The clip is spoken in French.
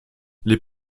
les